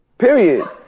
Period